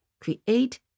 Create